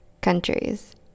countries